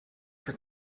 for